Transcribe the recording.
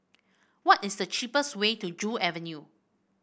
what is the cheapest way to Joo Avenue